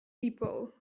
people